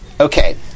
Okay